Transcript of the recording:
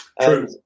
True